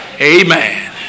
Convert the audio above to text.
Amen